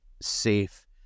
safe